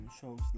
shows